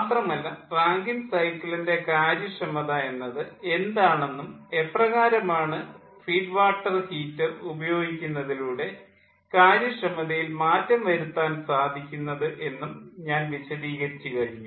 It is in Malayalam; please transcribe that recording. മാത്രമല്ല റാങ്കിൻ സൈക്കിളിൻ്റെ കാര്യക്ഷമത എന്നത് എന്താണെന്നും എപ്രകാരമാണ് ഫീഡ് വാട്ടർ ഹീറ്റർ ഉപയോഗിക്കുന്നതിലൂടെ കാര്യക്ഷമതയിൽ മാറ്റം വരുത്തുവാൻ സാധിക്കുന്നത് എന്നും ഞാൻ വിശദീകരിച്ചു കഴിഞ്ഞു